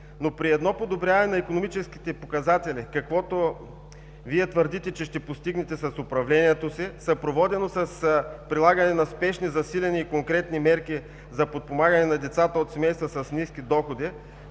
Но едно подобряване на икономическите показатели, каквото Вие твърдите, че ще постигнете с управлението си, е съпроводено с прилагане на спешни, засилени и конкретни мерки за подпомагане на децата от семейства с ниски доходи,